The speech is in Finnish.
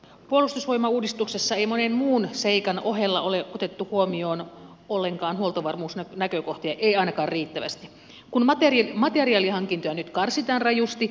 puolustusvoimauudistuksessa ei monen muun seikan ohella ole otettu huomioon ollenkaan huoltovarmuusnäkökohtia ei ainakaan riittävästi kun materiaalihankintoja nyt karsitaan rajusti